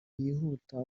yihuta